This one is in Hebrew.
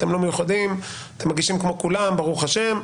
אתם לא מיוחדים; אתם מגישים כמו כולם, ברוך השם.